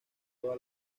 toda